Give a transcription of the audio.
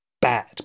bad